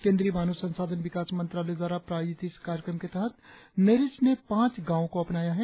केंद्रीय मानव संसाधन विकास मंत्रालय द्वारा प्रायोजित इस कार्यक्रम के तहत नेरिस्ट ने पांच गांवों को अपनाया है